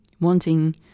wanting